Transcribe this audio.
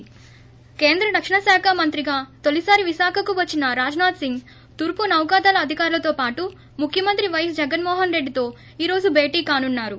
ి కేంద్ర రక్షణశాఖ మంత్రిగా తొలిసారి విశాఖకు వచ్చిన రాజ్నాథ్ సింగ్ తూర్పు నౌకాదళ అధికారులతో పాటు ముఖ్యమంత్రి వైఎస్ జగన్మో హన్రెడ్డితో ఈ రోజు భేటీ కానున్నారు